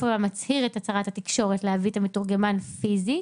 המצהיר את הצהרת התקשורת היא להביא את המתורגמן פיזית